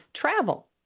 Travel